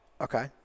Okay